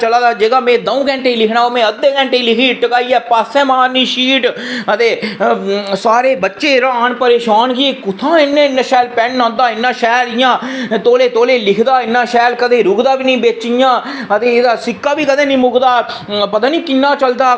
चला दा जेह्का में दंऊ घैंटे ई लिखना ओह् में अद्धे घैंटे ई लिखियै पास्सेे गी मारनी शीट ते सारे बच्चे र्हान परेशान कि कुत्थां इन्ने इन्ना शैल पेन आंह्दा इन्ना शैल इंया तोलै तोलै लिखदा इन्ना शैल कदें रुकदा निं बिच ते एह्दा सिक्का निं कदें मुकदा पता निं किन्ना चलदा